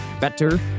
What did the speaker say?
better